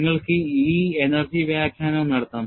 നിങ്ങൾക്ക് ഈ എനർജി വ്യാഖ്യാനവും നടത്താം